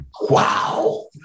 Wow